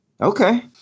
okay